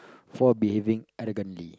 for behaving arrogantly